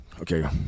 okay